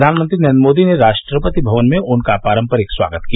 प्रधानमंत्री नरेन्द्र मोदी ने राष्ट्रपति भवन में उनका पारम्परिक स्वागत किया